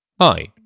Hi